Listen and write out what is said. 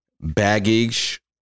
baggage